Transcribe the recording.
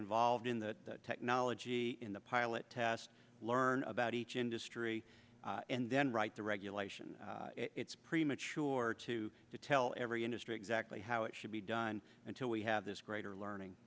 involved in that technology in the pilot test learn about each industry and then write the regulation it's premature to tell every industry exactly how it should be done until we have this greater learning